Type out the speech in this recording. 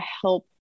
help